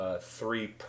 three